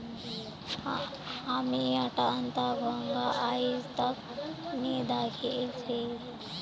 हामी अट्टनता घोंघा आइज तक नी दखिल छि